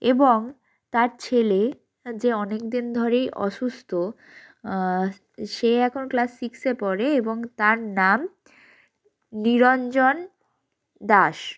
এবং তার ছেলে যে অনেক দিন ধরেই অসুস্থ সে এখন ক্লাস সিক্সে পড়ে এবং তার নাম নিরঞ্জন দাস